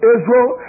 Israel